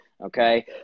Okay